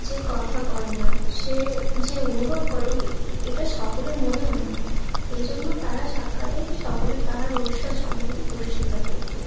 যে কথা কয় না সে যে অনুভব করে এ এটা সকলের মনে হয় না এই জন্য তারা সাক্ষাতেই সকলে তাহার ভবিষ্যৎ সম্বন্ধে দুশ্চিন্তা করতো